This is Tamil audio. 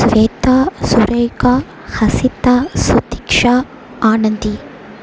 சுவேதா சுரேகா ஹஸித்தா சுதீக்ஷா ஆனந்தி